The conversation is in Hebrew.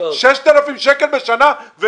6,000 שקלים בשנה,